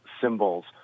symbols